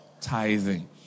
Tithing